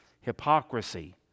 hypocrisy